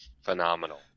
Phenomenal